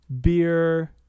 beer